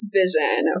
vision